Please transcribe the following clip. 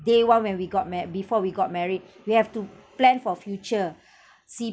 day one when we got married before we got married we have to plan for future